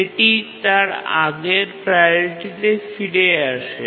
এটি তার আগের প্রাওরিটিতে ফিরে আসে